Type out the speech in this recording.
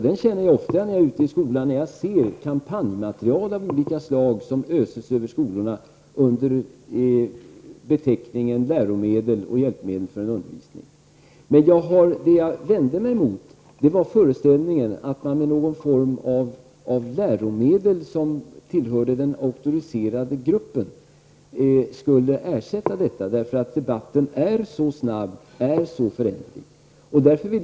Den känner jag ofta när jag är ute i skolorna och ser det kampanjmaterial av olika slag som öses över skolorna under beteckningen läromedel och hjälpmedel för undervisningen. Jag vände mig mot föreställningen att man med någon form av läromedel som tillhör den auktoriserade gruppen skulle ersätta detta. Debatten sker så snabbt och är så föränderlig.